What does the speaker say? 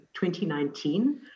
2019